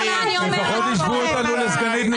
--- לפחות השוו אותנו לסגנית נשיא ארצות הברית.